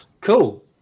Cool